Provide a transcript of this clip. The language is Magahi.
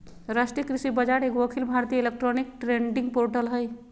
राष्ट्रीय कृषि बाजार एगो अखिल भारतीय इलेक्ट्रॉनिक ट्रेडिंग पोर्टल हइ